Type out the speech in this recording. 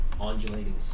undulating